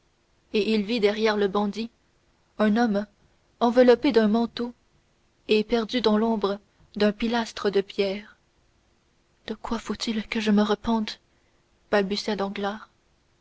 et il vit derrière le bandit un homme enveloppé d'un manteau et perdu dans l'ombre d'un pilastre de pierre de quoi faut-il que je me repente